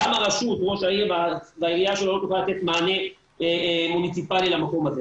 גם הרשות לא תוכל לתת מענה מוניציפאלי למקום הזה,